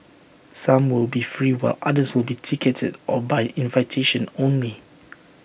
some will be free while others will be ticketed or by invitation only